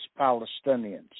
Palestinians